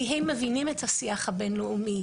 כי הם מבינים את השיח הבין-לאומי,